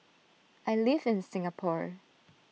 I live in Singapore